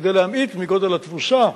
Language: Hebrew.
כדי להמעיט מגודל התבוסה,